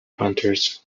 hunters